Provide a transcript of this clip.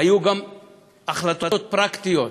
והיו גם החלטות פרקטיות,